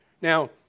Now